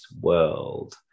World